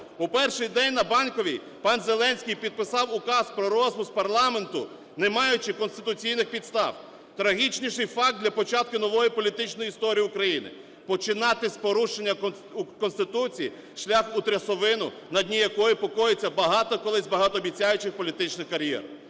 У перший день на Банковій пан Зеленський підписав Указ про розпуск парламенту, не маючи конституційних підстав. Трагічніший факт для початку нової політичної історії України. Починати з порушення Конституції – шлях у трясовину, на дні якої покоїться багато колись багатообіцяючих політичних кар'єр.